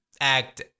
act